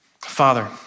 Father